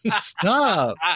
Stop